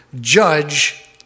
judge